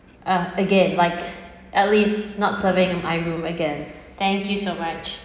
um again like at least not serving my room again thank you so much